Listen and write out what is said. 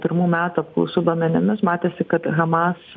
pirmų metų apklausų duomenimis matėsi kad hamas